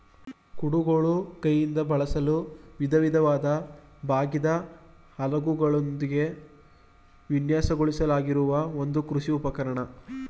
ಕುಡುಗೋಲು ಕೈಯಿಂದ ಬಳಸಲು ವಿಧವಿಧವಾದ ಬಾಗಿದ ಅಲಗುಗಳೊಂದಿಗೆ ವಿನ್ಯಾಸಗೊಳಿಸಲಾಗಿರುವ ಒಂದು ಕೃಷಿ ಉಪಕರಣ